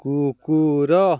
କୁକୁର